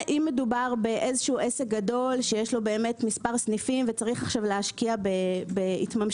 אם מדובר בעסק גדול שיש לו מספר סניפים וצריך להשקיע בהתממשקות